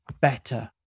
better